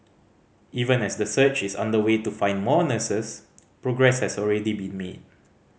even as the search is underway to find more nurses progress has already been made